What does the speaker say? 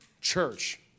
church